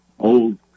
old